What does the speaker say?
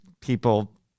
people